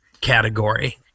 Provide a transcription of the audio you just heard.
category